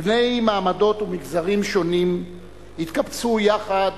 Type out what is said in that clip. בני מעמדות ומגזרים שונים התקבצו יחד